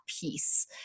peace